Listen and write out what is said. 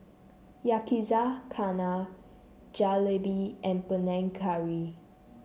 Yakizakana Jalebi and Panang Curry